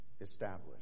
established